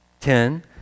Ten